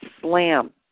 slam